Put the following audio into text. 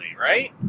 right